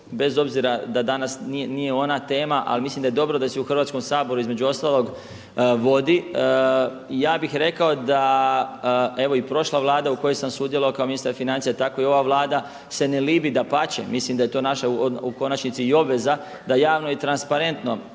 bez obzira da danas nije ona tema, ali mislim da je dobro da se i u Hrvatskom saboru između ostalog vodi. Ja bih rekao da evo i prošla Vlada u kojoj sam sudjelovao kao ministar financija tako i ova Vlada se ne libi, dapače. Mislim da je to naša u konačnici i obveza da javno i transparentno